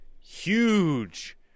huge